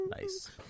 Nice